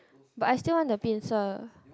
but I still want the pincer